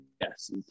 yes